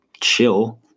chill